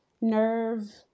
nerve